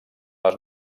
les